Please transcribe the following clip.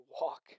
walk